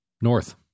North